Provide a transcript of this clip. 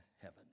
heaven